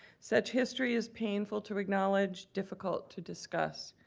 such history is painful to acknowledge, difficult to discuss,